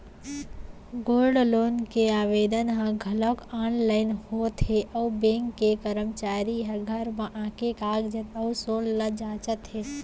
gold loan के आवेदन ह घलौक आनलाइन होत हे अउ बेंक के करमचारी ह घर म आके कागजात अउ सोन ल जांचत हे